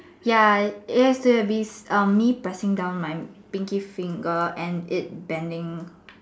ya it has to be um me pressing down my pinkie finger and it bending